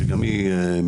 שגם היא מהמדור.